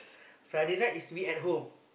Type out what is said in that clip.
Friday night is me at home